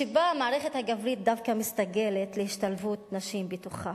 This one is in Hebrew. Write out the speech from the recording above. שבה המערכת הגברית דווקא מסתגלת להשתלבות נשים בתוכה.